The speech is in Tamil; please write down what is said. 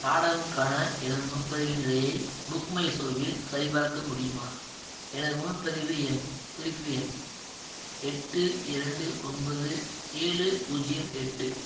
நாடகம் க்கான எனது முன்பதிவின் நிலையை புக் மை ஷோவில் சரிபார்க்க முடியுமா எனது முன்பதிவு எண் குறிப்பு எண் எட்டு இரண்டு ஒன்பது ஏழு பூஜ்ஜியம் எட்டு